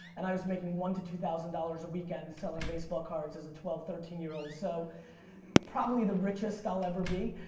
and i was making one to two thousand dollars a weekend selling baseball cards as a twelve, thirteen year old. so probably the richest i'll ever be.